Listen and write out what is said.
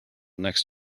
next